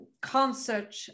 concert